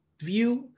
view